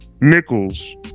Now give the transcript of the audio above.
Nichols